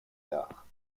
gare